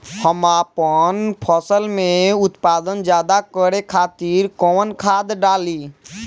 हम आपन फसल में उत्पादन ज्यदा करे खातिर कौन खाद डाली?